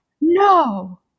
No